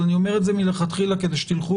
אבל אני אומר את זה מלכתחילה כדי שתלכו